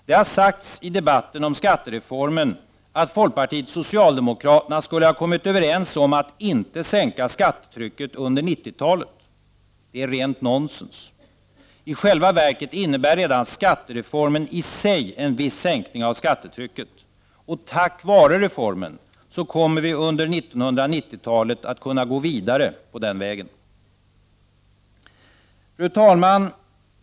Det har sagts i debatten om skattereformen att folkpartiet och socialdemokraterna skulle ha kommit överens om att inte sänka skattetrycket under 90-talet. Det är rent nonsens. I själva verket innebär redan skattereformen i sig en viss sänkning av skattetrycket. Tack vare reformen kommer vi under 1990-talet att kunna gå vidare på den vägen. Fru talman!